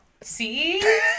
See